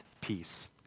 peace